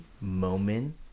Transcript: Moment